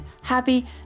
happy